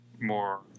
more